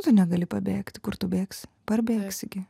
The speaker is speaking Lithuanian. tu negali pabėgti kur tu bėgsi parbėgsi gi